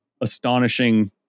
astonishing